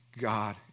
God